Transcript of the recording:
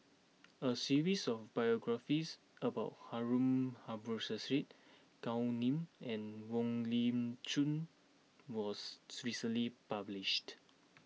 a series of biographies about Harun Aminurrashid Gao Ning and Wong Lip Chin was recently published